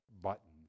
button